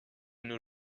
nos